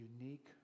unique